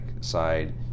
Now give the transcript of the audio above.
side